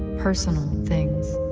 personal things,